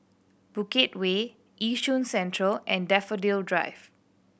Bukit Way Yishun Central and Daffodil Drive